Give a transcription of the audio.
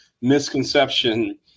misconception